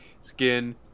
skin